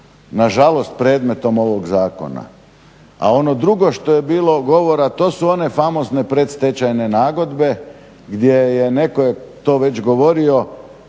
nažalost predmetom ovog zakona, a ono drugo što je bilo govora to su one famozne predstečajne nagodbe gdje je, netko je to već govorio,